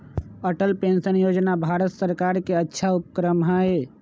Atal pension Yojana Bharat सर्कार के अच्छा उपक्रम हई